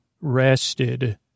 rested